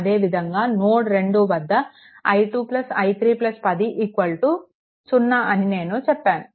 అదేవిధంగా నోడ్ 2 వద్ద i2 i3 10 0 అని నేను చెప్పాను